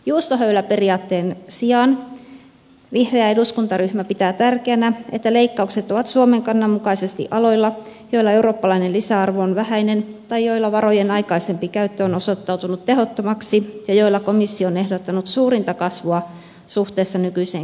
juustohöyläperiaatteen sijaan vihreä eduskuntaryhmä pitää tärkeänä että leikkaukset ovat suomen kannan mukaisesti aloilla joilla eurooppalainen lisäarvo on vähäinen tai joilla varojen aikaisempi käyttö on osoittautunut tehottomaksi ja joilla komissio on ehdottanut suurinta kasvua suhteessa nykyiseen kehyskauteen